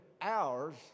hours